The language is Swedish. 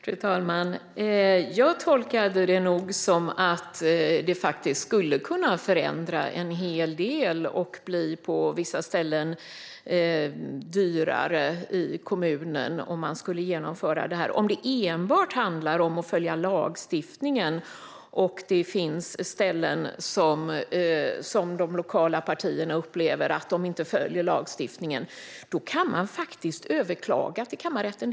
Fru talman! Jag tolkade det som att det skulle kunna förändra en hel del och på vissa ställen bli dyrare i kommunen om man skulle genomföra detta. Om det enbart handlar om att följa lagstiftningen och det finns ställen där de lokala partierna upplever att lagstiftningen inte följs kan man faktiskt överklaga till kammarrätten.